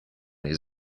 les